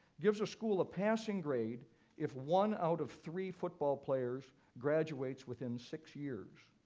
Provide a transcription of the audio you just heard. gives a school a passing grade if one out of three football players graduates within six years.